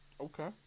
okay